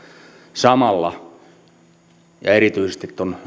samalla erityisesti tuon